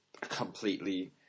completely